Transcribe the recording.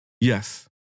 Yes